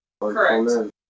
Correct